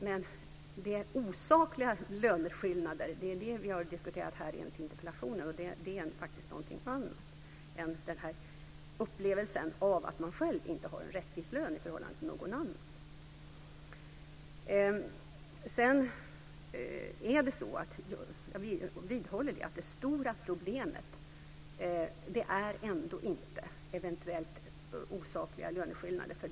Men vi har här, i enlighet med interpellationen, diskuterat osakliga löneskillnader. Det är faktiskt någonting annat än upplevelsen av att man själv inte har en rättvis lön i förhållande till någon annan. Jag vidhåller att det stora problemet är ändå inte eventuellt osakliga löneskillnader.